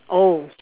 oh